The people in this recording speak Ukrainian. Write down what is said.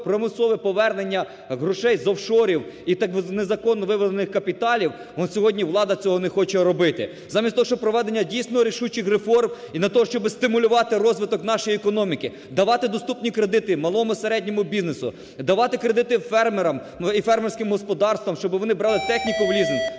примусове повернення грошей з офшорів і незаконно виведених капіталів, сьогодні влада цього не хоче робити. Замість того, щоб проводити дійсно рішучих реформ і на те, щоб стимулювати розвиток нашої економіки, давати доступні кредити малому і середньому бізнесу, давати кредити фермерам і фермерським господарствам, щоб вони брали техніку в лізинг,